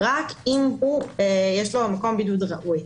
רק אם יש לו מקום בידוד ראוי,